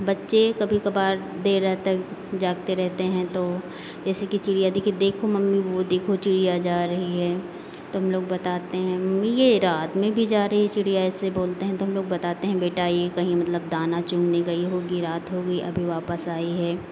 बच्चे कभी कभार देर रात तक जागते रहते हैं तो जैसे कि चिड़िया दिखी देखो मम्मी वो देखो चिड़िया जा रही है तो हम लोग बताते हैं मम्मी ये रात में भी जा रही है चिड़िया ऐसे बोलते हैं तो हम लोग बताते हैं बेटा ये कहीं मतलब दाना चुगने होगी रात होगी अभी वापस आई है